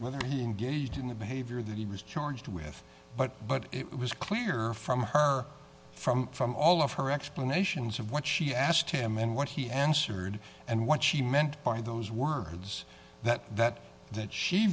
reengage in the behavior that he was charged with but but it was clear from her from from all of her explanations of what she asked him and what he answered and what she meant by those words that that that she